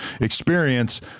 experience